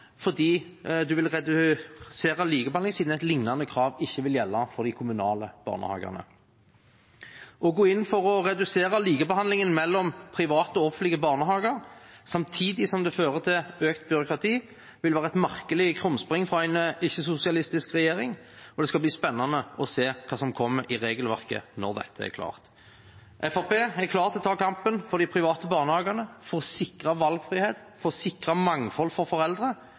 fordi en vil redusere likebehandling siden et lignende krav ikke vil gjelde for de kommunale barnehagene. Å gå inn for å redusere likebehandlingen mellom private og offentlige barnehager, samtidig som det fører til økt byråkrati, vil være et merkelig krumspring fra en ikke-sosialistisk regjering, og det skal bli spennende å se hva som kommer i regelverket når dette er klart. Fremskrittspartiet er klar til å ta kampen for de private barnehagene, for å sikre valgfrihet, for å sikre mangfold for foreldre